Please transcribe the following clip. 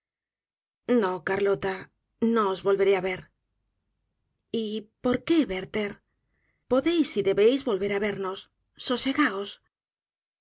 no carlota no os volveré á ver y por qué werlher podéis y debéis volver á vernos sosegaos